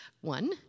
One